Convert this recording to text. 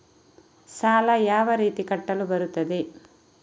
ಸಾಲ ಯಾವ ರೀತಿ ಕಟ್ಟಲು ಬರುತ್ತದೆ?